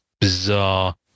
bizarre